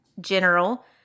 general